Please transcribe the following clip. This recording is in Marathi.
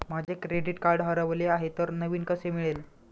माझे क्रेडिट कार्ड हरवले आहे तर नवीन कसे मिळेल?